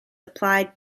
applied